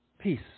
Peace